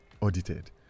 audited